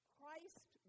Christ